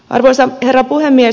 arvoisa herra puhemies